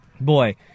Boy